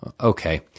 Okay